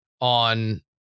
on